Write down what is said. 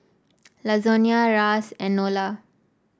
Lasonya Ras and Nola